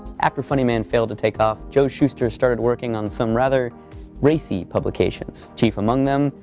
after funny man failed to take off, joe shuster started working on some rather racy publications chief among them,